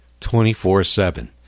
24-7